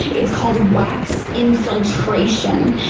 it's called wax infiltration.